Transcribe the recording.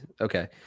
okay